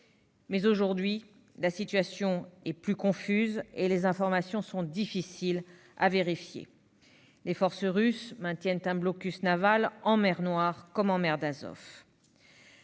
Mais aujourd'hui la situation est plus confuse et les informations sont difficiles à vérifier. Les forces russes maintiennent un blocus naval en mer Noire et en mer d'Azov.